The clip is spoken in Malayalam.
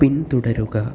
പിന്തുടരുക